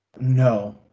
No